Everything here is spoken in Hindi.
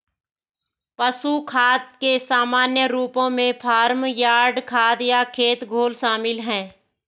पशु खाद के सामान्य रूपों में फार्म यार्ड खाद या खेत घोल शामिल हैं